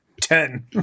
Ten